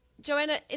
Joanna